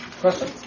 question